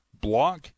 block